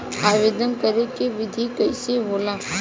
आवेदन करे के विधि कइसे होला?